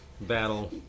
battle